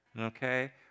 Okay